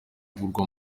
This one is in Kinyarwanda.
guterwa